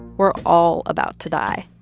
we're all about to die